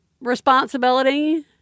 responsibility